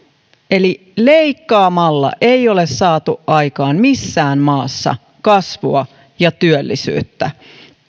eli leikkaamalla ei ole saatu aikaan missään maassa kasvua ja työllisyyttä